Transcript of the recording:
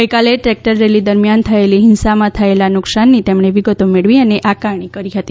ગઈકાલે tractor rally દરમિયાન થયેલી હિંસામાં થયેલા નુકસાનની તેમણે વિગતો મેળવી અને આકારણી કરી હતી